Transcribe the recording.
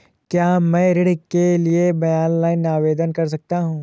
क्या मैं ऋण के लिए ऑनलाइन आवेदन कर सकता हूँ?